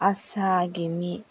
ꯑꯁꯥꯒꯤ ꯃꯤ